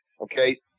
Okay